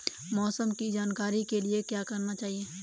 मौसम की जानकारी के लिए क्या करना चाहिए?